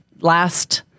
last